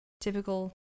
typical